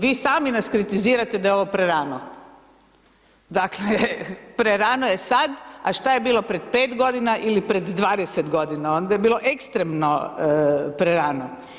Vi sami nas kritizirate da je ovo prerano, dakle, prerano je sad, a šta je sa bilo pred 5 g. ili pred 20 g., onda je bilo ekstremno prerano.